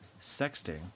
Sexting